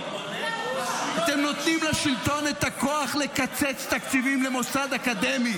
אתם נותנים לשלטון את הכוח לקצץ תקציבים למוסד אקדמי